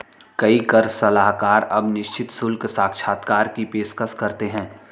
कई कर सलाहकार अब निश्चित शुल्क साक्षात्कार की पेशकश करते हैं